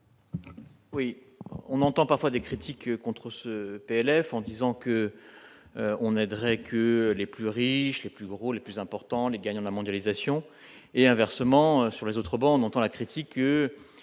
Oui, on entend parfois des critiques contre ce PLF en disant qu'on aiderait que les plus riches, les plus gros, le plus important : les gagnants de la mondialisation et inversement, sur les autres, bon, on entend la critique que